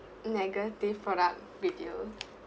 negative product review